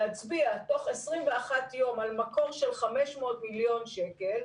להצביע תוך 21 יום על מקור של 500 מיליון שקל.